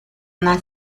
una